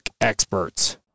experts